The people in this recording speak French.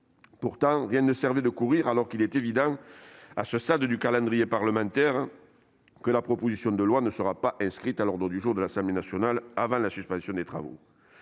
Pourtant, rien ne servait de courir, alors qu'il est évident qu'à ce stade du calendrier parlementaire la proposition de loi ne sera pas inscrite à l'ordre du jour de l'Assemblée nationale avant la suspension des travaux.